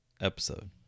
episode